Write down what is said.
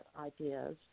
ideas